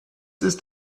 ist